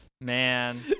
Man